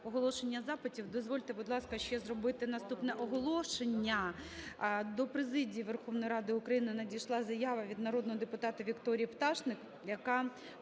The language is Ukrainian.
оголошення запитів, дозвольте, будь ласка, ще зробити наступне оголошення. До президії Верховної Ради України надійшла заява від народного депутата Вікторії Пташник, яка